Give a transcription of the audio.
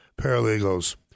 paralegals